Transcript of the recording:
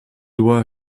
doigts